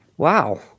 wow